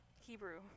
Hebrew